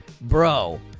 bro